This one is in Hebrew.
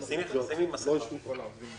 שהן שונות במספר מילים בסך הכול.